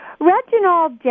Reginald